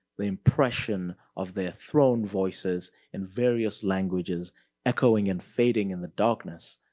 the impression of their thrown voices in various languages echoing and fading in the darkness.